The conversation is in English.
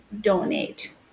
donate